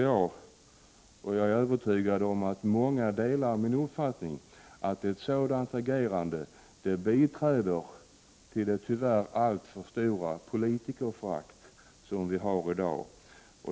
Jag är övertygad om att många delar min uppfattning att ett sådant agerande bidrar till det tyvärr alltför stora politikerförakt som förekommer i dag.